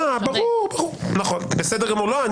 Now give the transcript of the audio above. בסדר גמור.